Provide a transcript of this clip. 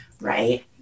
Right